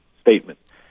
statement